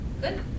Good